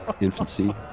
infancy